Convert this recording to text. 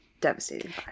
devastating